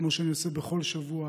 כפי שאני עושה בכל שבוע,